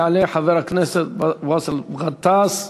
יעלה חבר הכנסת באסל גטאס.